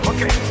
Okay